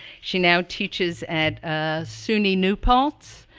she now teaches at ah suny new paltz.